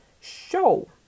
show